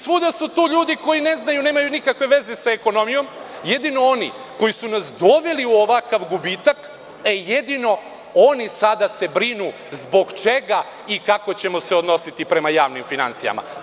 Svuda su tu ljudi koji ne znaju i nemaju nikakve veze sa ekonomijom, jedino oni koji su nas doveli u ovakav gubitak, jedino se oni brinu zbog čega i kako ćemo se odnositi prema javnim finansijama.